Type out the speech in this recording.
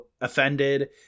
offended